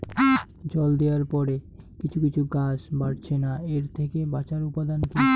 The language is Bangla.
জল দেওয়ার পরে কিছু কিছু গাছ বাড়ছে না এর থেকে বাঁচার উপাদান কী?